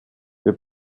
wir